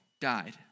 died